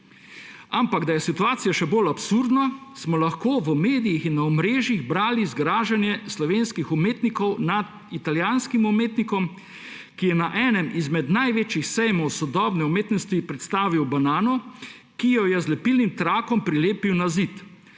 Ampak da je situacija še bolj absurdna, smo lahko v medijih in na omrežjih brali zgražanje slovenskih umetnikov nad italijanskim umetnikom, ki je na enem izmed največjih sejmov sodobne umetnosti predstavil banano, ki jo je z lepilnim trakom prilepil na zid.